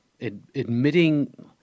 admitting